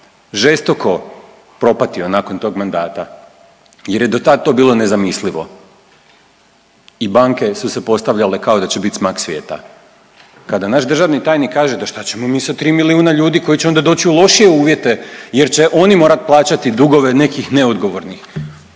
žestoko propatio nakon tog mandata, jer je do tad to bilo nezamislivo. I banke su se postavljale kao da će biti smak svijeta. Kada naš državni tajnik kaže da šta ćemo sa tri milijuna ljudi koji će onda doći u lošije uvjete jer će oni morati plaćati dugove nekih neodgovornih.